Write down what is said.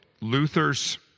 Luther's